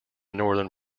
northern